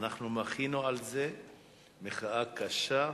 אנחנו מחינו על זה מחאה קשה,